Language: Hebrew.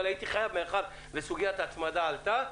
אבל מאחר שסוגיית ההצמדה עלתה,